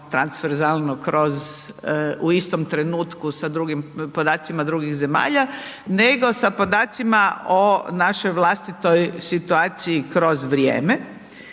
transverzalno kroz u istom trenutku sa drugim, podacima drugih zemalja nego sa podacima o našoj vlastitoj situaciji kroz vrijeme